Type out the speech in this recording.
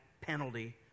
penalty